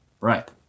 Right